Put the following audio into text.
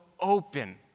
open